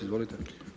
Izvolite.